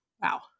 wow